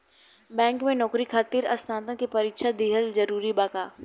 Bank में नौकरी खातिर स्नातक के परीक्षा दिहल जरूरी बा?